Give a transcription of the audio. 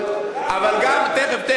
תכף.